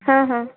ହଁ ହଁ